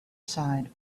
side